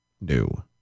new